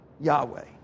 Yahweh